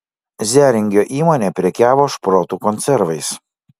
zeringio įmonė prekiavo šprotų konservais